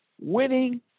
Winning